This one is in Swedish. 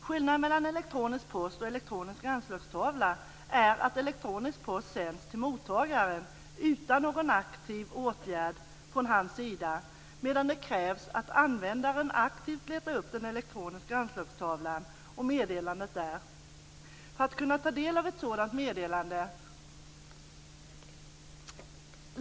Skillnaden mellan elektronisk post och elektronisk anslagstavla är att elektronisk post sänds till mottagaren utan någon aktiv åtgärd från hans sida, medan det krävs att användaren aktivt letar upp den elektroniska anslagstavlan för att kunna ta del av ett meddelande där.